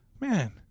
man